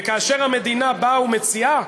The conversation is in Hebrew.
וכאשר המדינה באה ומציעה,